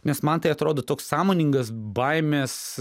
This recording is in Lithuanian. nes man tai atrodo toks sąmoningas baimės